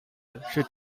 she